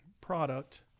product